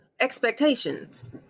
expectations